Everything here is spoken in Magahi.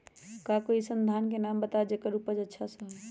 का कोई अइसन धान के नाम बताएब जेकर उपज अच्छा से होय?